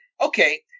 okay